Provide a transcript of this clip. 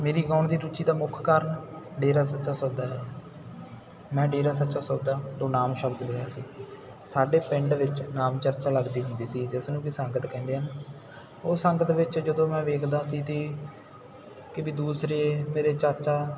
ਮੇਰੀ ਗਾਉਣ ਦੀ ਰੁਚੀ ਦਾ ਮੁੱਖ ਕਾਰਨ ਡੇਰਾ ਸੱਚਾ ਸੌਦਾ ਹੈ ਮੈਂ ਡੇਰਾ ਸੱਚਾ ਸੌਦਾ ਤੋਂ ਨਾਮ ਸ਼ਬਦ ਲਿਆ ਸੀ ਸਾਡੇ ਪਿੰਡ ਵਿੱਚ ਨਾਮ ਚਰਚਾ ਲੱਗਦੀ ਹੁੰਦੀ ਸੀ ਜਿਸ ਨੂੰ ਕਿ ਸੰਗਤ ਕਹਿੰਦੇ ਹਨ ਉਹ ਸੰਗਤ ਵਿੱਚ ਜਦੋਂ ਮੈਂ ਵੇਖਦਾ ਸੀ ਅਤੇ ਕਿ ਵੀ ਦੂਸਰੇ ਮੇਰੇ ਚਾਚਾ